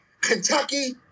Kentucky